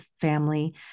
family